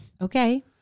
Okay